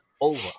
over